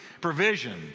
provision